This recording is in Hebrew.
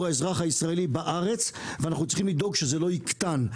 האזרח הישראלי בארץ ואנחנו צריכים לדאוג שזה לא יקטן.